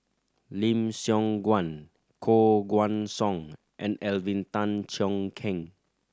Lim Siong Guan Koh Guan Song and Alvin Tan Cheong Kheng